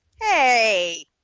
hey